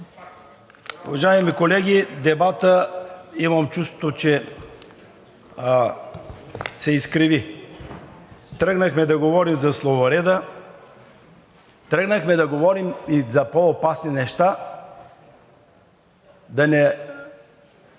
Уважаеми колеги, дебатът имам чувството, че се изкриви. Тръгнахме да говорим за словореда, тръгнахме да говорим и за по-опасни неща, да не